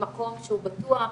במקום שהוא בטוח,